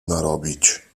narobić